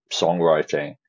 songwriting